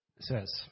says